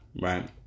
right